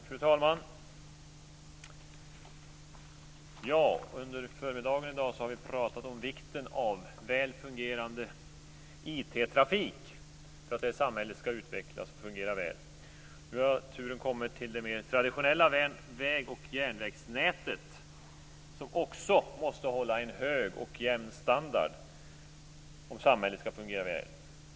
Fru talman! Under förmiddagen i dag har vi talat om vikten av väl fungerande IT-trafik för att samhället skall utvecklas och fungera väl. Nu har turen kommit till det mer traditionella väg och järnvägsnätet, som också måste hålla en hög och jämn standard om samhället skall fungera väl.